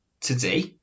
today